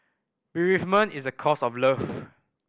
bereavement is the cost of love